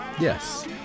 Yes